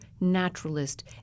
naturalist